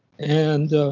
and